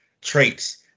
traits